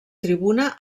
tribuna